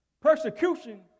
Persecution